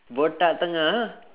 botak tengah